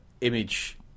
image